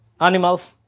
animals